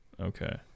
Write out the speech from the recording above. okay